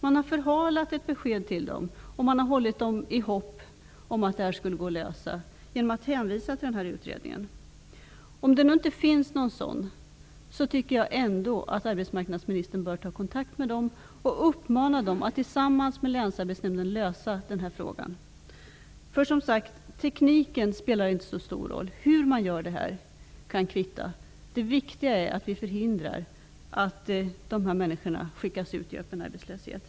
Man har förhalat ett besked till dem och hållit dem i hopp om att detta skulle gå att lösa, genom att hänvisa till denna utredning. Om det nu inte finns någon utredning, tycker jag att arbetsmarknadsministern bör ta kontakt med landstingsledningen och uppmana dem att tillsammans med Länsarbetsnämnden lösa denna fråga. Tekniken spelar som sagt inte så stor roll. Hur man gör det kan kvitta. Det viktiga är att vi förhindrar att dessa människor skickas ut i öppen arbetslöshet.